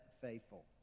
faithful